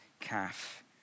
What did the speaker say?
calf